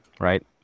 Right